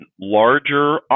larger